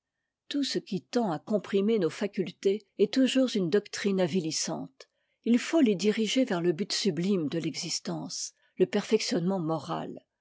tout ce qui tend à comprimer nos facultés est toujours une doctrine avilissante il faut les diriger vers le but sublime de l'existence le perfectionnement moral